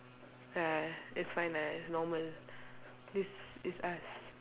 !aiya! it's fine lah it's normal this is us